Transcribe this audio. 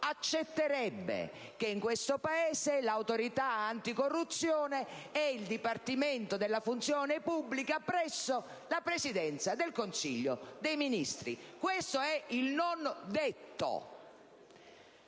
accetterebbe che nel nostro Paese l'Autorità anticorruzione sia il Dipartimento della funzione pubblica presso la Presidenza del Consiglio dei ministri. Questo è il non detto!